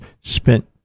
spent